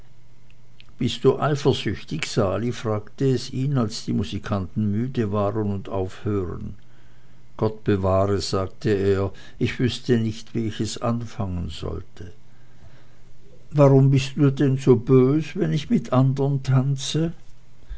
bist du eifersüchtig sali fragte es ihn als die musikanten müde waren und aufhörten gott bewahre sagte er ich wüßte nicht wie ich es anfangen sollte warum bist du denn so bös wenn ich mit andern tanze